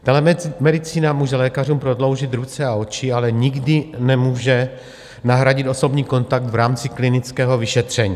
Telemedicína může lékařům prodloužit ruce a oči, ale nikdy nemůže nahradit osobní kontakt v rámci klinického vyšetření.